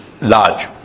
large